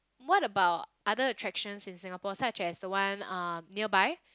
what about other attractions in Singapore such as the one um nearby